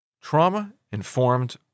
Trauma-informed